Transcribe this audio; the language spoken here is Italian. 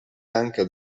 anche